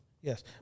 Yes